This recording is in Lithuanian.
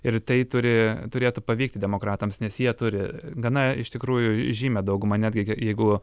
ir tai turi turėtų pavykti demokratams nes jie turi gana iš tikrųjų žymią daugumą netgi jeigu